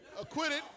Acquitted